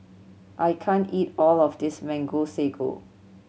I can't eat all of this Mango Sago